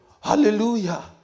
Hallelujah